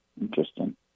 Interesting